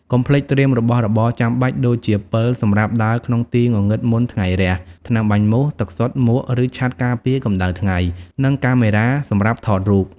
កុំភ្លេច ត្រៀមរបស់របរចាំបាច់ ដូចជាពិលសម្រាប់ដើរក្នុងទីងងឹតមុនថ្ងៃរះ, ថ្នាំបាញ់មូស, ទឹកសុទ្ធ, មួក ឬឆ័ត្រការពារកម្ដៅថ្ងៃ, និងកាមេរ៉ា សម្រាប់ថតរូប។